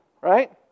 Right